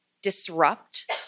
disrupt